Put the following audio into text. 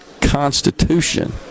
constitution